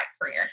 career